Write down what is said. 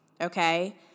okay